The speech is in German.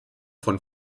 von